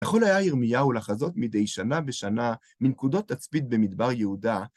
יכול היה ירמיהו לחזות מדי שנה בשנה, מנקודות תצפית במדבר יהודה